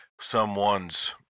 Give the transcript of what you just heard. someone's